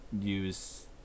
use